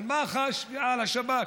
על מח"ש ועל השב"כ.